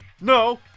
No